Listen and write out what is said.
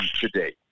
today